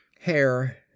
Hair